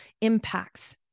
impacts